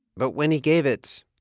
but when he gave it,